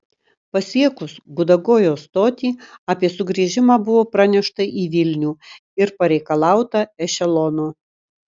pasiekus gudagojo stotį apie sugrįžimą buvo pranešta į vilnių ir pareikalauta ešelono